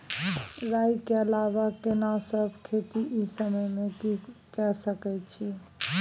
राई के अलावा केना सब खेती इ समय म के सकैछी?